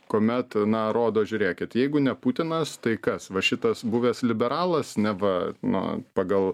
kuomet na rodo žiūrėkit jeigu ne putinas tai kas va šitas buvęs liberalas neva na pagal